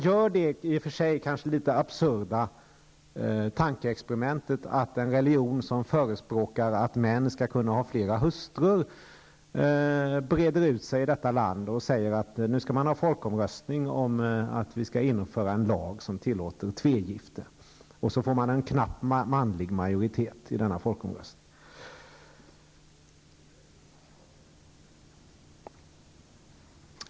Gör det, i och för sig litet absurda, tankeexperimentet att en religion som förespråkar att män skall ha flera hustrur breder ut sig i detta land. Man säger att nu skall vi ha folkomröstning om att införa en lag som tillåter tvegifte, och så får man en knapp manlig majoritet i denna folkomröstning.